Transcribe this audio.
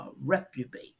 Reprobate